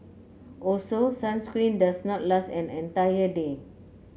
also sunscreen does not last an entire day